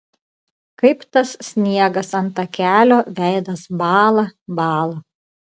kaip tas sniegas ant takelio veidas bąla bąla